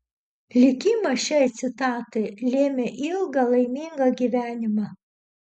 likimas šiai citatai lėmė ilgą laimingą gyvenimą